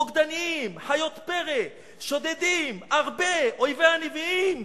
בוגדנים, חיות פרא, שודדים, ארבה, אויבי הנביאים.